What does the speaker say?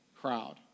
crowd